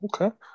Okay